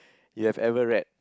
you have ever read